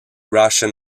russian